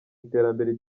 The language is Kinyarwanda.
iterambere